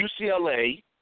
UCLA